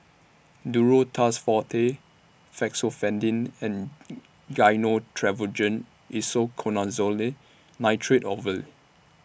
Duro Tuss Forte Fexofenadine and Gyno Travogen Isoconazole Nitrate Ovule